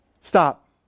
Stop